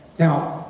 now,